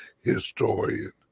historian